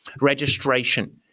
Registration